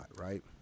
right